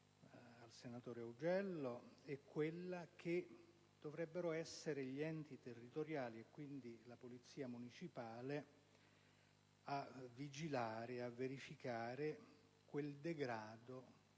il senatore Augello sostiene che dovrebbero essere gli enti territoriali e, quindi, la polizia municipale a vigilare e a verificare quel degrado